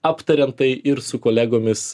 aptarėm tai ir su kolegomis